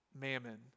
Mammon